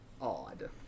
odd